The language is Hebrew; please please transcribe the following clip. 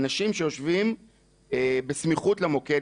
אנשים שיושבים בסמיכות למוקד,